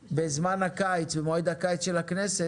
במועד הקיץ של הכנסת,